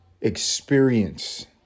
experience